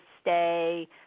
stay